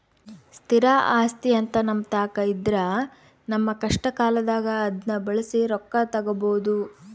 ಸ್ಥಿರ ಆಸ್ತಿಅಂತ ನಮ್ಮತಾಕ ಇದ್ರ ನಮ್ಮ ಕಷ್ಟಕಾಲದಾಗ ಅದ್ನ ಬಳಸಿ ರೊಕ್ಕ ತಗಬೋದು